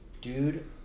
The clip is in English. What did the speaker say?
Dude